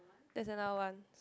that's another one